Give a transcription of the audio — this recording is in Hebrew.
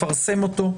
לפרסם אותו,